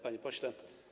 Panie Pośle!